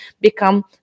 become